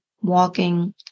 walking